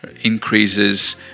increases